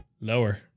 Lower